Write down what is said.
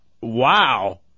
Wow